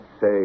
say